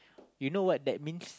you know what that means